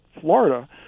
Florida